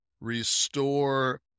restore